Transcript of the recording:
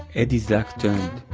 eddie's luck turned,